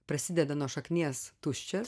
prasideda nuo šaknies tuščias